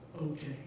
okay